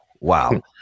Wow